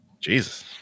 Jesus